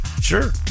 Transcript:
Sure